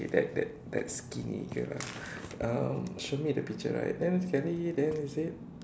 okay that that that skinny girl ah um show me the picture right then sekali then we say